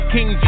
King